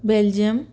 Belgium